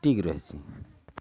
ଠିକ୍ ରହେସି